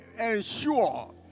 ensure